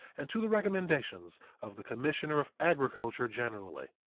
and to the recommendations of the commissioner of agriculture generally.